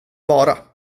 bara